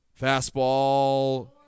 Fastball